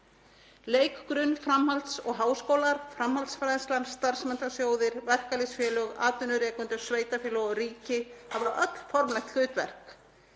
Leik-, grunn-, framhalds- og háskólar, framhaldsfræðslan, starfsmenntasjóðir, verkalýðsfélög, atvinnurekendur, sveitarfélög og ríki hafa öll formlegt hlutverk